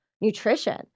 nutrition